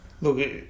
Look